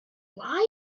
lie